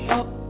up